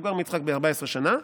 מבוגר מיצחק ב-14 שנה,